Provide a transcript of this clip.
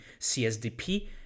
CSDP